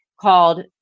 called